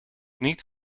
niet